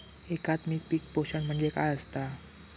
एकात्मिक पीक पोषण म्हणजे काय असतां?